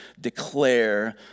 declare